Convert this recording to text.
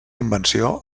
invenció